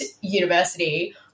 university